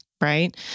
Right